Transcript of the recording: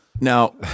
Now